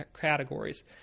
categories